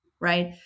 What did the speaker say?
right